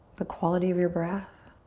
the quality of your breath.